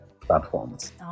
platforms